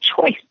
choice